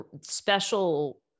special